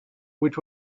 which